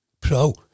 pro